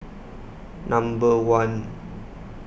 Number one